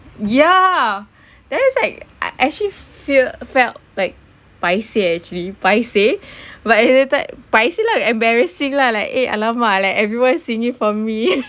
ya then it's like I actually feel felt like paiseh actually paiseh but at that time paiseh lah embarrassing lah like eh !alamak! like everyone singing for me